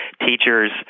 teachers